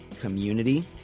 community